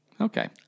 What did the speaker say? okay